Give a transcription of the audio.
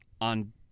on